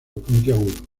puntiagudo